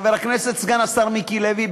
חבר הכנסת סגן השר מיקי לוי,